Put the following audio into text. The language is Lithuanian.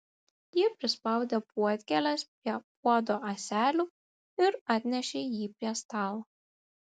ji prispaudė puodkėles prie puodo ąselių ir atnešė jį prie stalo